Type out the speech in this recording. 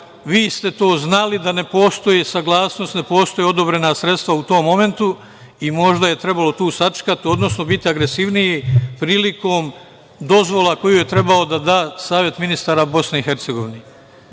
Vi ste to znali, da ne postoji saglasnost, ne postoje odobrena sredstva u tom momentu i možda je trebalo tu sačekati, odnosno biti agresivniji prilikom dozvole koju je trebalo da da Savet ministara Bosne i Hercegovine. Ovo